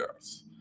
yes